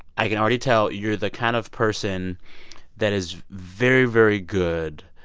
i can already tell you're the kind of person that is very, very good,